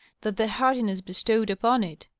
that the hardiness bestowed upon it,